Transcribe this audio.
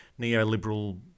neoliberal